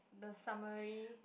the summary